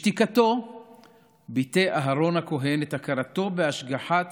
בשתיקתו ביטא אהרן הכוהן את הכרתו בהשגחת